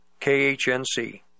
KHNC